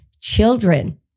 children